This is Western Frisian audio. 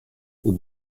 hoe